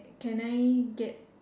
can I get